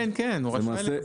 כן, כן, הוא רשאי לקבל.